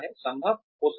संभव हो सकता है